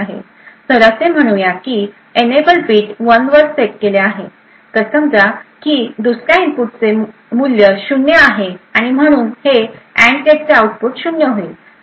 तर असे म्हणूया की इनएबल बीट 1 वर सेट केले आहे तर समजा की दुसर्या इनपुटचे मूल्य 0 आहे आणि म्हणून हे अँड गेटचे आऊटपुट 0 होईल